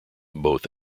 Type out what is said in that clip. both